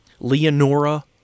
Leonora